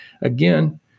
Again